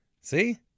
See